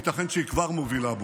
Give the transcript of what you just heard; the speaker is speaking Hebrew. ייתכן שהיא כבר מובילה בו.